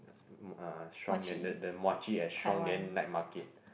uh strong then the the muachee at strong then night market